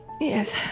yes